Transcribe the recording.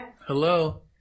Hello